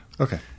Okay